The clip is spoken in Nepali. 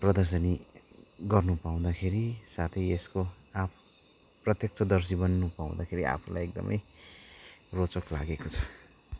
प्रदर्शनी गर्नुपाउँदाखेरि साथै यसको अब प्रत्यक्षदर्शी बन्नुपाउँदाखेरि आफूलाई एकदमै रोचक लागेको छ